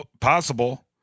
possible